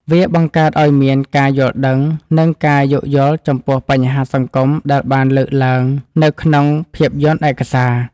វាបង្កើតឱ្យមានការយល់ដឹង និងការយោគយល់ចំពោះបញ្ហាសង្គមដែលបានលើកឡើងនៅក្នុងភាពយន្តឯកសារ។